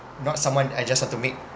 not someone I just have to make